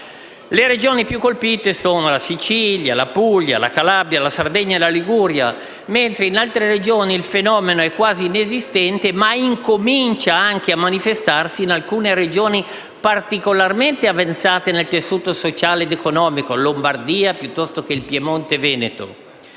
Le Regioni più colpite sono la Sicilia, la Puglia, la Calabria, la Sardegna e la Liguria, mentre in altre Regioni il fenomeno è quasi inesistente, ma incomincia a manifestarsi in alcun Regioni particolarmente avanzate nel tessuto sociale e economico, come la Lombardia, il Piemonte e il Veneto.